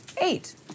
Eight